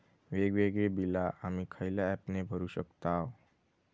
वेगवेगळी बिला आम्ही खयल्या ऍपने भरू शकताव?